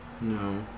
No